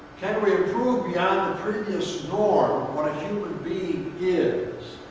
can we improve beyond the previous norm what a human being yeah